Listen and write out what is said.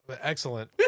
Excellent